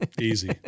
Easy